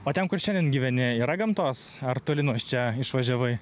o ten kur šiandien gyveni yra gamtos ar toli nuo čia išvažiavai